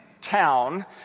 town